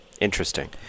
Interesting